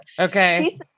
Okay